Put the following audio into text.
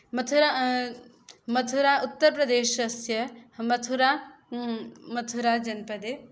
मथुरा मथुरा उत्तरप्रदेशस्य मथुरा मथुराजनपदे